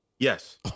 Yes